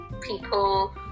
people